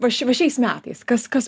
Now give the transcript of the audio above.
va ši va šiais metais kas kas